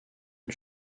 une